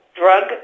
drug